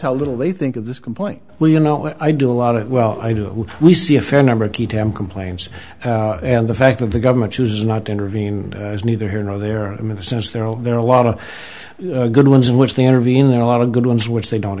how little they think of this complaint well you know i do a lot of well i do we see a fair number of key tam complaints and the fact that the government chooses not to intervene is neither here nor there i mean since there are there are a lot of good ones which they intervene there are a lot of good ones which they don't